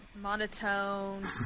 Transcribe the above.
monotone